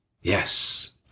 Yes